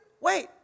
wait